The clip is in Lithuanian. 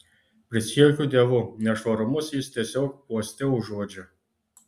prisiekiu dievu nešvarumus jis tiesiog uoste užuodžia